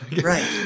Right